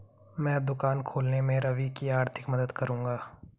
मैं दुकान खोलने में रवि की आर्थिक मदद करूंगा